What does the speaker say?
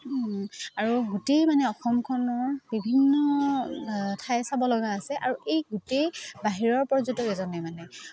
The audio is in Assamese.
আৰু গোটেই মানে অসমখনৰ বিভিন্ন ঠাই চাব লগা আছে আৰু এই গোটেই বাহিৰৰ পৰ্যটক এজনে মানে